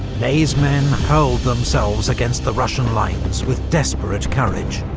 ney's men hurled themselves against the russian lines with desperate courage,